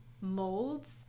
molds